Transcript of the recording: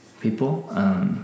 people